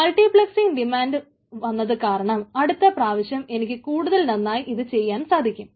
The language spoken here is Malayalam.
മൾട്ടിപ്ലക്സ്സിംഗ് ഡിമാൻഡ് വന്നത് കാരണം അടുത്ത പ്രാവശ്യം എനിക്ക് കൂടുതൽ നന്നായി ഇത് ചെയ്യാൻ സാധിക്കും